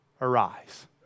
arise